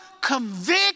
convict